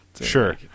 sure